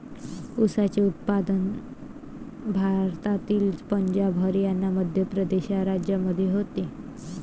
ऊसाचे उत्पादन भारतातील पंजाब हरियाणा मध्य प्रदेश या राज्यांमध्ये होते